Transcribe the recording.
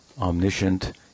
omniscient